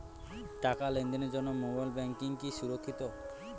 টাকা লেনদেনের জন্য মোবাইল ব্যাঙ্কিং কি সুরক্ষিত?